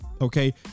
okay